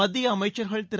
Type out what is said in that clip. மத்திய அமைச்சர்கள் திரு